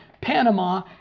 Panama